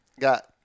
Got